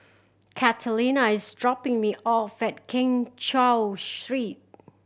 Catalina is dropping me off at Keng Cheow Street